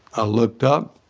i looked up,